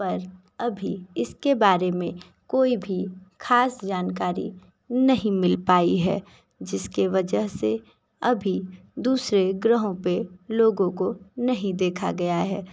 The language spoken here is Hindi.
पर अभी इसके बारें में कोई भी खास जानकारी नहीं मिल पाई है जिसकी वजह से अभी दूसरे ग्रहों पर लोगों को नहीं देखा गया है